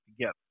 together